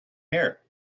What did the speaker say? hair